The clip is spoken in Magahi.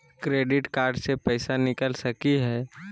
क्रेडिट कार्ड से पैसा निकल सकी हय?